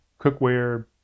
cookware